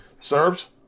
Serbs